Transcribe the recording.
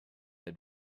had